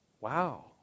Wow